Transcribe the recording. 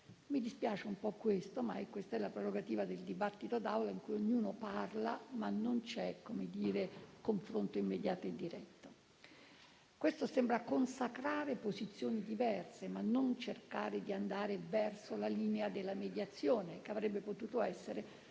Mi dispiace un po', ma questa è la prerogativa del dibattito in Assemblea, in cui ognuno parla, ma non c'è confronto immediato e diretto. Questo sembra consacrare posizioni diverse e non andare verso quella linea di mediazione, che avrebbe potuto essere